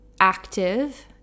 active